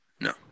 No